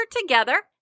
together